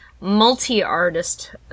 multi-artist